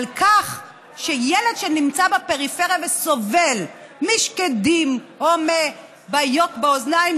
על כך שילד שנמצא בפריפריה וסובל משקדים או מבעיות באוזניים,